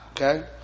Okay